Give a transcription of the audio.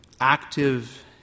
active